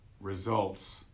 results